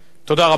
תודה רבה לך.